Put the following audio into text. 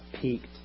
peaked